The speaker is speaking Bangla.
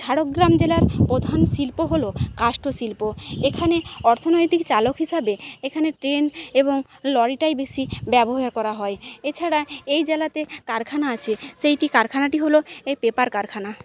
ঝাড়গ্রাম জেলার প্রধান শিল্প হলো কাষ্ঠ শিল্প এখানে অর্থনৈতিক চালক হিসাবে এখানে ট্রেন এবং লরিটাই বেশি ব্যবহার করা হয় এছাড়া এই জেলাতে কারখানা আছে সেইটি কারখানাটি হলো এই পেপার কারখানা